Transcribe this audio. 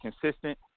consistent